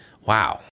Wow